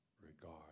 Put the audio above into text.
regard